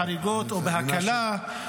בחריגות או בהקלה,